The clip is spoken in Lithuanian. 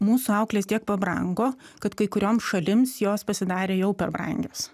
mūsų auklės tiek pabrango kad kai kurioms šalims jos pasidarė jau per brangios